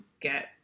get